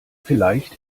vielleicht